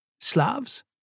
Slavs